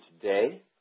today